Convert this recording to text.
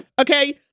Okay